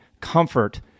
comfort